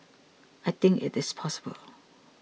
I think it is possible